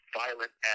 violent